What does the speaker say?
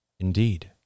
Indeed